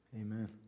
Amen